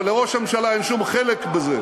אבל לראש הממשלה אין שום חלק בזה.